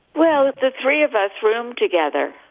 well, the three of us room together.